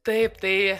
taip tai